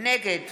נגד